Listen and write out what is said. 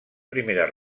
primeres